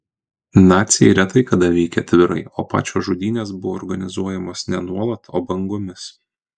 naciai retai kada veikė atvirai o pačios žudynės buvo organizuojamos ne nuolat o bangomis